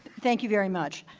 thank you very much.